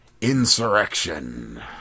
insurrection